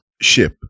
ship